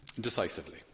decisively